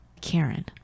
Karen